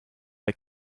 bei